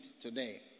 today